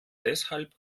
deshalb